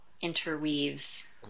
interweaves